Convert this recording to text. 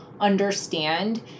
understand